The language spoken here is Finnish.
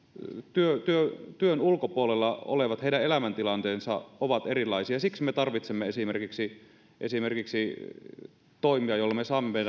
työn työn ulkopuolella olevien elämäntilanteet ovat erilaisia siksi me tarvitsemme esimerkiksi esimerkiksi toimia joilla me saamme